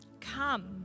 Come